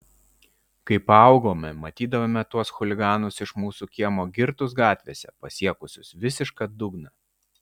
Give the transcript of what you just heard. kai paaugome matydavome tuos chuliganus iš mūsų kiemo girtus gatvėse pasiekusius visišką dugną